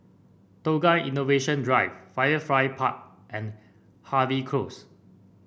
Tukang Innovation Drive Firefly Park and Harvey Close